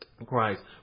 Christ